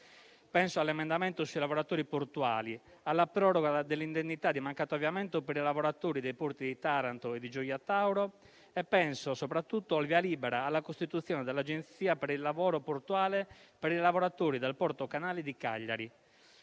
Penso all'emendamento sui lavoratori portuali, alla proroga dell'indennità di mancato avviamento per i lavoratori dei porti di Taranto e di Gioia Tauro. Penso soprattutto al via libera alla costituzione dell'agenzia per il lavoro portuale per i lavoratori del porto canale di Cagliari: